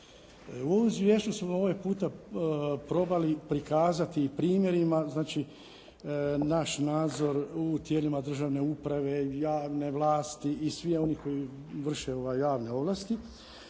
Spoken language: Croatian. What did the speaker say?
U ovom izvješću smo ovaj puta probali prikazati i primjerima, znači naš nadzor u tijelima državne uprave, javne vlasti i svih onih koji vrše javne ovlasti,